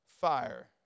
fire